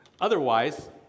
Otherwise